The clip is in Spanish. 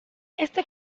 este